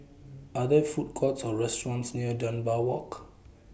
Are There Food Courts Or restaurants near Dunbar Walk